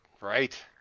Right